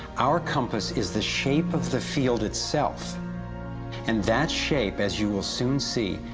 our compass is the shape of the field itself and that shape, as you will soon see,